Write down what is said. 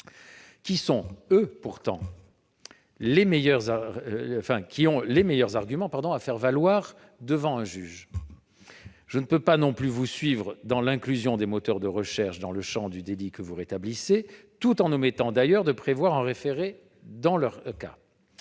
qui ont, pourtant, les meilleurs arguments à faire valoir devant un juge. Je ne peux pas plus vous suivre à propos de l'inclusion des moteurs de recherche dans le champ du délit, disposition que vous rétablissez tout en omettant, d'ailleurs, de prévoir un référé dans ce cas.